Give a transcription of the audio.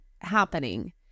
happening